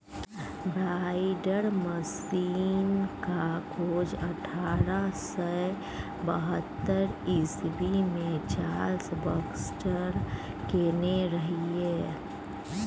binder मशीनक खोज अठारह सय बहत्तर इस्बी मे चार्ल्स बाक्सटर केने रहय